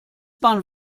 bahn